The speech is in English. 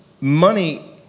Money